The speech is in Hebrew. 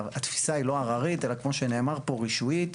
התפיסה היא לא עררית, אלא כמו שנאמר פה, רישויית.